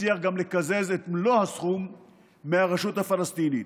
נצליח גם לקזז את מלוא הסכום מהרשות הפלסטינית.